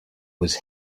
was